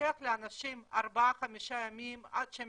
שלוקח לאנשים ארבעה-חמישה ימים עד שהם